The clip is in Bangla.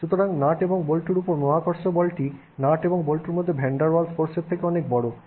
সুতরাং নাট এবং বল্টুর উপর মহাকর্ষ বলটি নাট এবং বল্টুর মধ্যে ভ্যান ডের ওয়েলসের ফোর্সের চেয়ে অনেক বড়